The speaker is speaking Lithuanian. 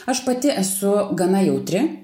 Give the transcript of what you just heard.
aš pati esu gana jautri